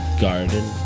Garden